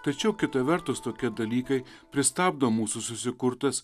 tačiau kita vertus tokie dalykai pristabdo mūsų susikurtas